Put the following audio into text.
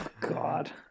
God